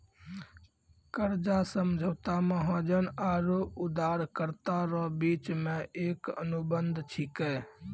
कर्जा समझौता महाजन आरो उदारकरता रो बिच मे एक अनुबंध छिकै